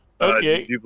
Okay